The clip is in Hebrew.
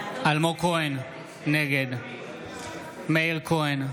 נגד מאיר כהן,